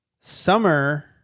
summer